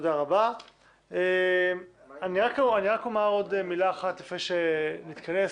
אני רק אומר עוד מילה אחת לפני שנתכנס.